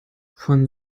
von